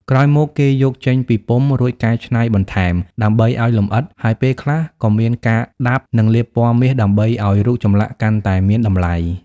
ក្រោយមក គេយកចេញពីពុម្ព រួចកែច្នៃបន្ថែមដើម្បីឱ្យលម្អិត ហើយពេលខ្លះក៏មានការដាប់ និងលាបពណ៌មាសដើម្បីឱ្យរូបចម្លាក់កាន់តែមានតម្លៃ។